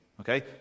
Okay